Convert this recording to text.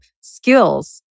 skills